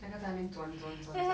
那个在那边转转转转